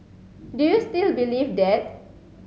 do you still believe that